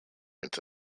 into